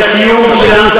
זה הקיום שלנו,